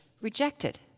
rejected